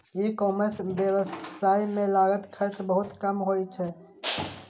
ई commerce व्यवसाय मे लागत खर्च बहुत कम होइ छै